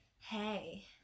Hey